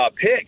pick